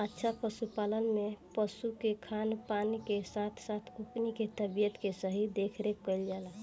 अच्छा पशुपालन में पशु के खान पान के साथ साथ ओकनी के तबियत के सही देखरेख कईल जाला